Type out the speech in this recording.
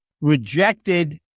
rejected